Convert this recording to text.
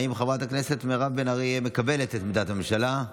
האם חברת הכנסת מירב בן ארי מקבלת את עמדת הממשלה?